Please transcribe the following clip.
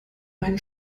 ein